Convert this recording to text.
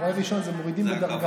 טוראי ראשון זה מורידים בדרגה.